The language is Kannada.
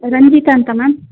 ರಂಜಿತಾ ಅಂತ ಮ್ಯಾಮ್